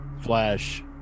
flash